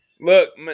Look